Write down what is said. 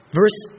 verse